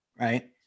right